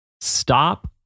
Stop